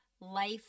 life